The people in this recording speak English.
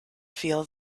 feel